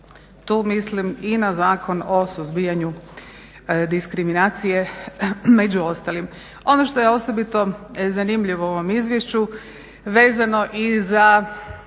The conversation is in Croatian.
Tu mislim i na Zakon o suzbijanju diskriminacije među ostalim. Ovo što je osobito zanimljivo u ovom izvješću vezano i za